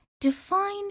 Define